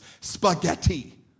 Spaghetti